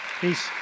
Peace